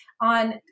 on